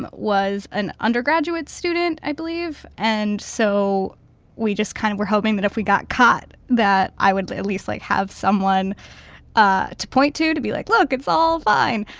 was an undergraduate student, i believe. and so we just kind of were hoping that if we got caught that i would at least, like, have someone ah to point to to be like, look, it's all fine.